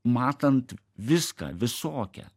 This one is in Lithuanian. matant viską visokią